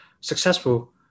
successful